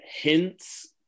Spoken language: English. hints